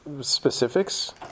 specifics